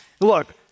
Look